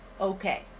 okay